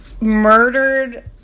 murdered